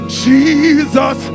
jesus